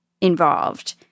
involved